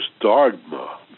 dogma